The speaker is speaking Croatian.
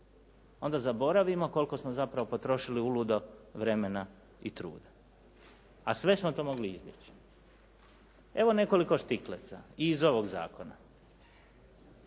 onda zaboravimo koliko smo zapravo potrošili uludo vremena i truda, a sve smo to mogli izbjeći. Evo nekoliko štikleca i iz ovog zakona.